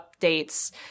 updates